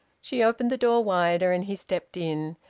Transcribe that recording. she opened the door wider, and he stepped in,